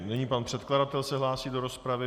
Nyní pan předkladatel se hlásí do rozpravy.